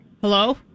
Hello